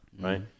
right